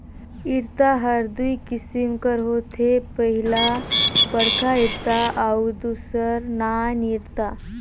इरता हर दूई किसिम कर होथे पहिला बड़खा इरता अउ दूसर नान इरता